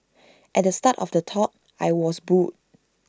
at the start of the talk I was booed